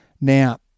Now